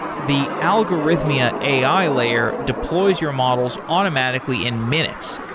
the algorithmia ai layer deploys your models automatically in minutes,